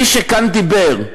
מי שדיבר כאן,